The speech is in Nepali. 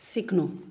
सिक्नु